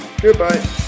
Goodbye